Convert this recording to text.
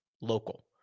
local